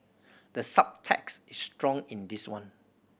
the subtext is strong in this one